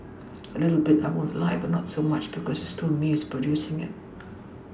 a little bit I won't lie but not so much because it's still me who is producing it